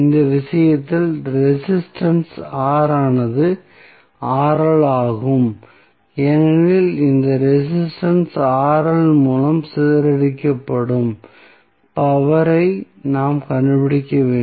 இந்த விஷயத்தில் resistance R ஆனது ஆகும் ஏனெனில் இந்த ரெசிஸ்டன்ஸ் மூலம் சிதறடிக்கப்படும் பவர் ஐ நாம் கண்டுபிடிக்க வேண்டும்